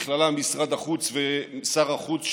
ובכללם משרד החוץ ושר החוץ,